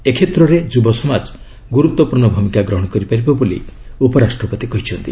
ଏ କ୍ଷେତ୍ରରେ ଯୁବସମାଜ ଗୁରୁତ୍ୱପୂର୍ଣ୍ଣ ଭୂମିକା ଗ୍ରହଣ କରିପାରିବ ବୋଲି ଉପରାଷ୍ଟ୍ରପତି କହିଛନ୍ତି